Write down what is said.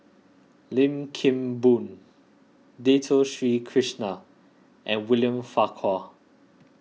Lim Kim Boon Dato Sri Krishna and William Farquhar